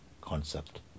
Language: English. concept